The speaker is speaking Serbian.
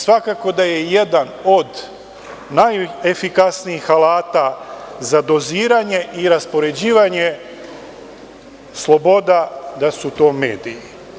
Svakako da su jedan od najefikasnijih alata za doziranje i raspoređivanje sloboda mediji.